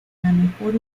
mejor